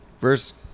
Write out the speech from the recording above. First